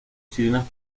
chilena